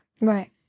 Right